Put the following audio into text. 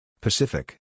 Pacific